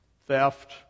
theft